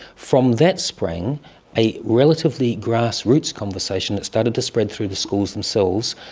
from that sprang a relatively grass-roots conversation that started to spread through the schools themselves,